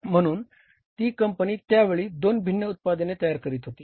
म्हणून ती कंपनी त्या वेळी दोन भिन्न उत्पादने तयार करीत होती